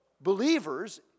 believers